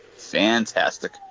Fantastic